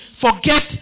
forget